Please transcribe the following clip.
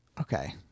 Okay